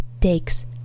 takes